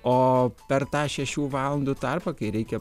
o per tą šešių valandų tarpą kai reikia